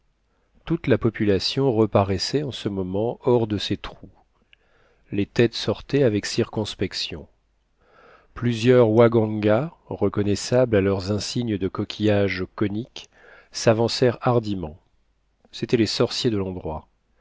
toute la population reparaissait en ce moment hors de ses trous les têtes sortaient avec circonspection plusieurs waganga reconnaissables à leurs insignes de coquillages coniques s'avancèrent hardiment c'étaient les sorciers de l'endroit